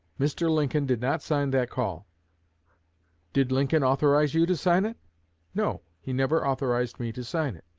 mr. lincoln did not sign that call did lincoln authorize you to sign it no, he never authorized me to sign it